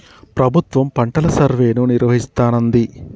ప్రభుత్వం పంటల సర్వేను నిర్వహిస్తానంది